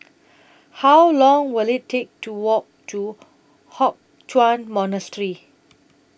How Long Will IT Take to Walk to Hock Chuan Monastery